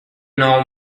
know